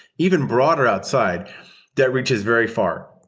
even broader outside that reaches very far.